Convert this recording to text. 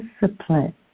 discipline